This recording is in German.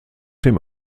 dem